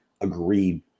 agreed